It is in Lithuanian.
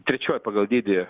trečioji pagal dydį